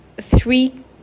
three